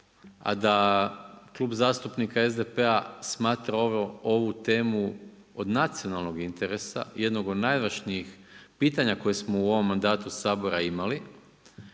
a da Klub zastupnika SDP-a smatra ovu temu od nacionalnog interesa, jednog od najvažnijih pitanja koje smo u ovom mandatu Sabora imali,